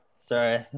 Sorry